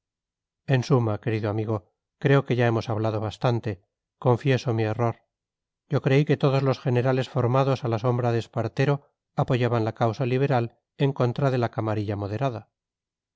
en suma querido amigo creo que ya hemos hablado bastante confieso mi error yo creí que todos los generales formados a la sombra de espartero apoyaban la causa liberal en contra de la camarilla moderada